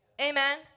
Amen